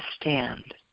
stand